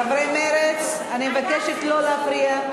חברי מרצ, אני מבקשת לא להפריע.